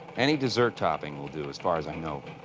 any dessert topping will do, as far as i know.